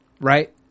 right